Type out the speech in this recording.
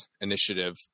initiative